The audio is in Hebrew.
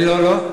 עברת לצד ימין?